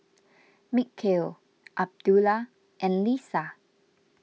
Mikhail Abdullah and Lisa